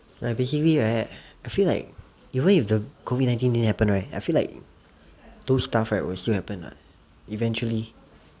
like basically right I feel like even if the COVID nineteen didn't happen right I feel like those stuff will still happen what eventually